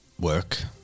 Work